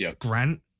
Grant